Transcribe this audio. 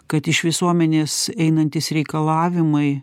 kad iš visuomenės einantys reikalavimai